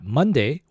Monday